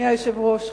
אדוני היושב-ראש,